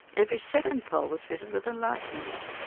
every second pole was fitted with a lightning rod.